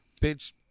bitch